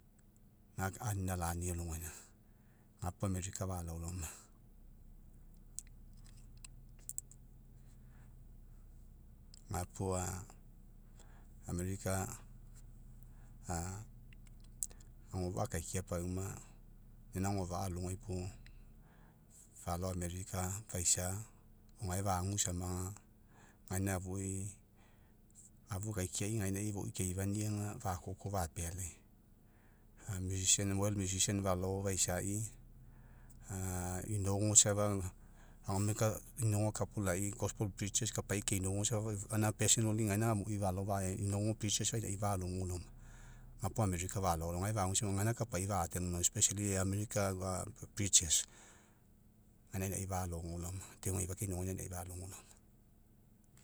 anina lanialogaina gapo america falao laoma, gapo america agofa'a akaikia pauma inaina agofa'a alogai puo falao, america faisa o gae maguaisama gaina afui, afu akaikiai foi kei fania ga fakoko fa pealai falao faisai inogo safa inogo kapulai kapaisa ke inogo, gaina gaina amui falao, inogo ainao falogo laoma, gapo america falao laoma. Gae magu sama gaina kapai fa america gaina ainai falogo, deo age ifa ke inogonia anai falogo laoma.